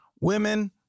Women